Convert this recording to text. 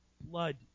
blood